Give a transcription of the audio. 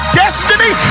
destiny